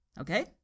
Okay